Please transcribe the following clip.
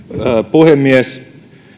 puhemies